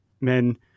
men